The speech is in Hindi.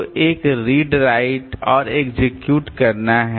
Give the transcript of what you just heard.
तो एक रीड राइट और एक्सेक्यूट करना है